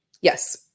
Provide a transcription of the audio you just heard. Yes